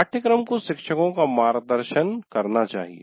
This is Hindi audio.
पाठ्यक्रम को शिक्षको का मार्गदर्शन करना चाहिए